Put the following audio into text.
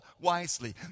wisely